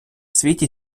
світі